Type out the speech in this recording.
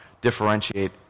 differentiate